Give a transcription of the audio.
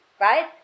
right